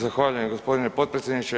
Zahvaljujem gospodine potpredsjedniče.